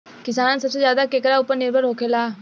किसान सबसे ज्यादा केकरा ऊपर निर्भर होखेला?